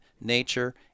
nature